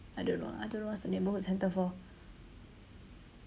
I don't know I don't know what's the neighbourhood centre for